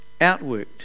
outworked